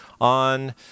on